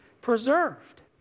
preserved